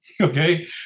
okay